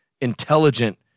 Intelligent